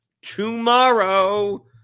tomorrow